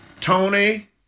Tony